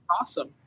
awesome